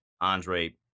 Andre